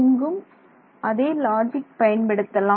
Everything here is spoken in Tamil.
இங்கும் அதே லாஜிக் பயன்படுத்தலாம்